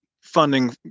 funding